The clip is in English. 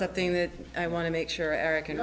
something that i want to make sure eric and